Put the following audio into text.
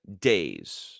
days